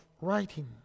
writing